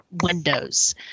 windows